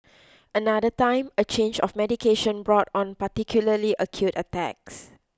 another time a change of medication brought on particularly acute attacks